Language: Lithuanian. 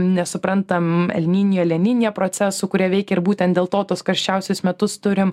nesuprantam elninje eleninėje procesų kurie veikia ir būtent dėl to tuos karščiausius metus turim